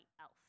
else